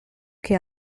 che